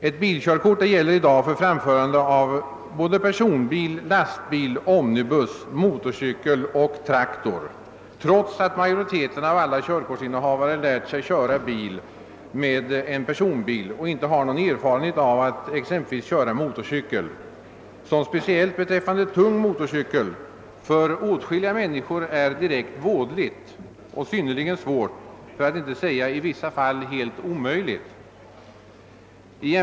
Ett bilkörkort gäller i dag för framförande av personbil, lastbil, omnibus, motorcykel och traktor, trots att majoriteten av alla körkortsinnehavare lärt sig köra med personbil och inte har någon erfarenhet av att exempelvis köra motorcykel. Speciellt att framföra tung motorcykel skulle för åtskilliga människor vara ett direkt vådligt företag och är för många körkortsinnehavare en synnerligen svår för att inte säga i vissa fall omöjlig uppgift.